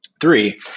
Three